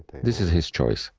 this is his choice.